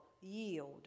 Yield